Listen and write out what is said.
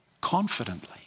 confidently